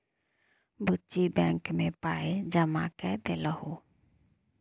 बुच्ची बैंक मे पाय जमा कए देलहुँ